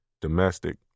domestic